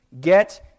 Get